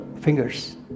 fingers